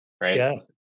right